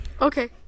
Okay